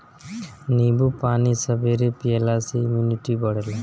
नींबू पानी सबेरे पियला से इमुनिटी बढ़ेला